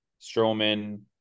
Strowman